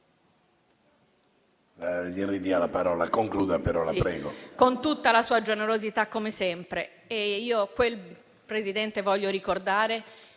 ...con tutta la sua generosità, come sempre.